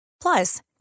Plus